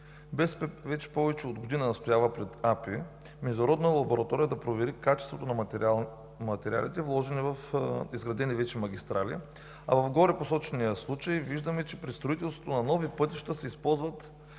Вече повече от година настоявам пред Агенция „Пътна инфраструктура“ международна лаборатория да провери качеството на материалите, вложени в изградени вече магистрали, а в горепосочения случай виждаме, че при строителството на нови пътища се използват